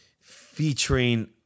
featuring